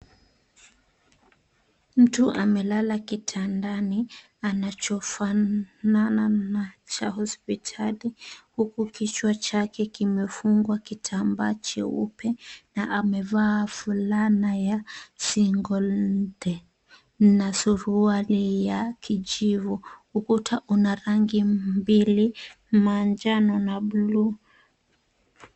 Mtu amelala kitandani anachofanana na cha hospitali, huku kichwa chake kimefungwa kitambaa cheupe na amevaa fulana ya singolte na suruali ya kijivu. Ukuta una rangi mbili, manjano na buluu.